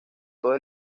todo